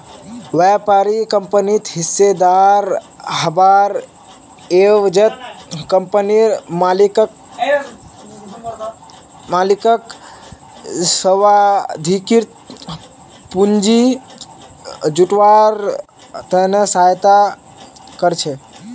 व्यापारी कंपनित हिस्सेदार हबार एवजत कंपनीर मालिकक स्वाधिकृत पूंजी जुटव्वार त न सहायता कर छेक